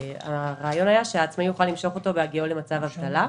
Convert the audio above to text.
הרעיון היה שהעצמאי יוכל למשוך אותו בהגיעו למצב אבטלה.